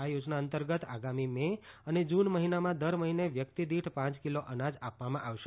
આ યોજના અંતર્ગત આગામી મે અને જૂન મહિનામાં દર મહિને વ્યક્તિ દીઠ પાંચ કિલો અનાજ આપવામાં આવશે